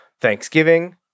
Thanksgiving